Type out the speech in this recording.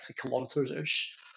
kilometers-ish